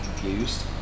confused